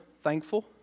thankful